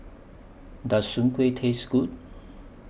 Does Soon Kuih Taste Good